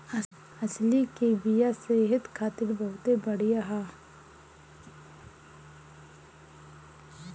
अलसी के बिया सेहत खातिर बहुते बढ़िया ह